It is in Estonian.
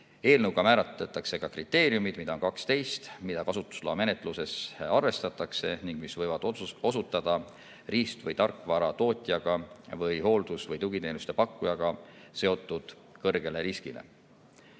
Eelnõuga määratletakse ka kriteeriumid – neid on 12 –, mida kasutusloa menetluses arvestatakse ning mis võivad osutada riist- või tarkvaratootjaga või hooldus- või tugiteenuste pakkujaga seotud kõrgele riskile.